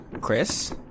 Chris